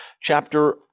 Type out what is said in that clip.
Chapter